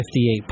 58